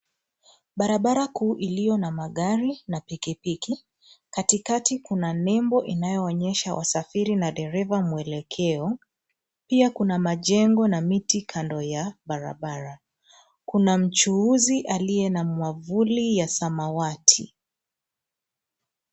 Barabara kuu iliyo na magari, na pikipiki, katikati kuna nembo inayoonyesha wasafiri na dereva mwelekeo. Pia kuna majengo na miti kando ya barabara. Kuna mchuuzi aliye na nwavuli ya samawati.